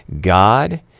God